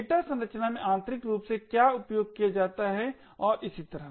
data संरचना में आंतरिक रूप से क्या उपयोग किया जाता हैऔर इसी तरह